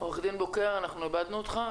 -- עורך-דין בוקר, אנחנו איבדנו אותך.